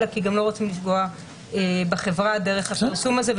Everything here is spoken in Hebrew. אלא כי גם לא רוצים לפגוע בחברה דרך הפרסום הזה,